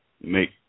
make